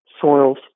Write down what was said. soils